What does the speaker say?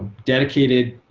dedicated,